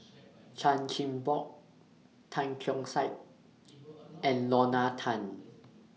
Chan Chin Bock Tan Keong Saik and Lorna Tan